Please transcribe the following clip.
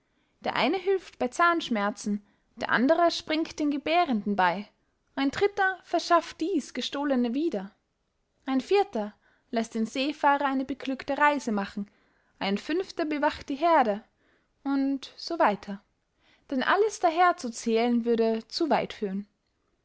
der eine hülft bey zahnschmerzen der andere springt den gebährenden bey ein dritter verschaft dies gestohlene wieder ein vierter läßt den seefahrer eine beglückte reise machen ein fünfter bewacht die heerde und so weiter denn alles daher zu zählen würde zu weit führen